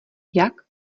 jak